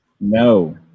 No